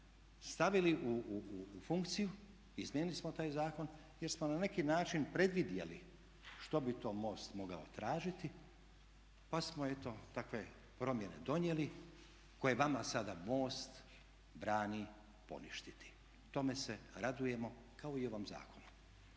stavili u funkciju, izmijenili smo taj zakon jer smo na neki način predvidjeli što bi to MOST mogao tražiti, pa smo eto takve promjene donijeli koje vama sada MOST brani poništiti. Tome se radujemo kao i ovom zakonu.